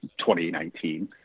2019